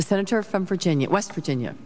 is senator from virginia west virginia